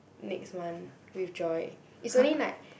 next month with Joy it's only like